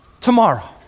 Tomorrow